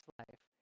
life